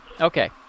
Okay